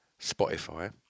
Spotify